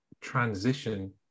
transition